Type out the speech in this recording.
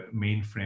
mainframe